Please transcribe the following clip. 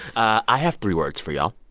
i have three words for y'all.